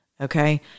Okay